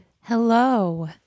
Hello